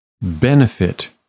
benefit